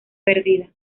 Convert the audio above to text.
perdida